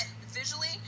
visually